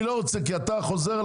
אני לא רוצה להקשיב כי אתה חוזר על